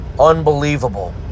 Unbelievable